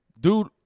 dude